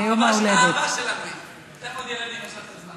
בגופה מגינה על מה שאנחנו לא מסוגלים,